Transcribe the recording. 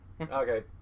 okay